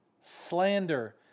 slander